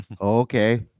Okay